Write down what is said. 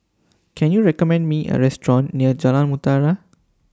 Can YOU recommend Me A Restaurant near Jalan Mutiara